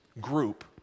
group